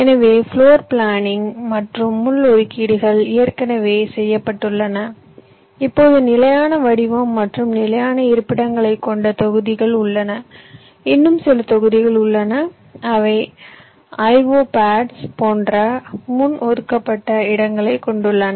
எனவே floor planning மற்றும் முள் ஒதுக்கீடுகள் ஏற்கனவே செய்யப்பட்டுள்ளன இப்போது நிலையான வடிவம் மற்றும் நிலையான இருப்பிடங்களைக் கொண்ட தொகுதிகள் உள்ளன இன்னும் சில தொகுதிகள் உள்ளன அவை IO பட்டைகள் போன்ற முன் ஒதுக்கப்பட்ட இடங்களைக் கொண்டுள்ளன